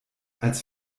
als